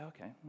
okay